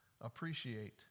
appreciate